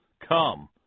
Come